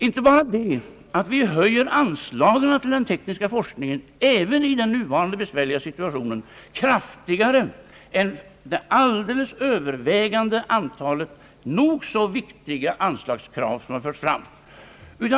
Inte bara att vi höjer anslagen för den tekniska forskningen, även i den nuvarande besvärliga situationen, kraftigare än det hela övervägande antalet nog så viktiga anslagskrav som förts fram.